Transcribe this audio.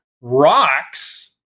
Rocks